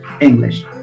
English